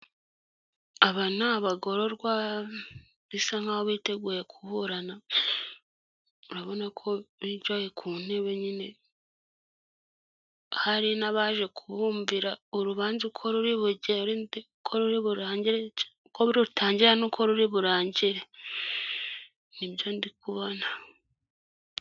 Aba ni abagororwa bisa nkaho biteguye kuburana urabona ko bicaye ku ntebe nyine, hari n'abaje kubumvira urubanza uko ruri bu ko ruri bugire uko rutangira n'uko ruri burangire nibyo ndikubona.